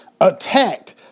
Attacked